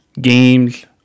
games